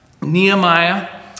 Nehemiah